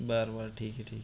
बरं बरं ठीक आहे ठीक आहे